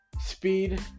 Speed